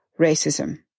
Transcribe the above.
racism